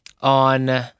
on